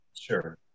Sure